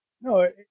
No